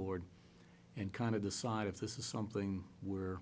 board and kind of decide if this is something where